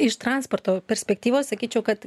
iš transporto perspektyvos sakyčiau kad